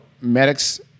medics